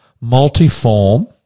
multiform